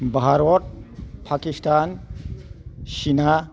भारत पाकिस्तान चिना